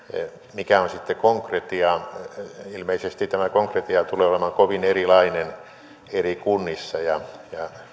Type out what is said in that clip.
mikä on sitten konkretia ilmeisesti tämä konkretia tulee olemaan kovin erilainen eri kunnissa ja